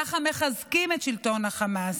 ככה מחזקים את שלטון חמאס.